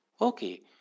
okay